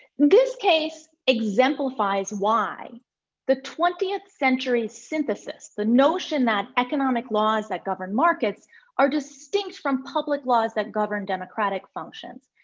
this case exemplifies why the twentieth century synthesis, the notion that economic laws that govern markets are distinct from public laws that govern democratic functions.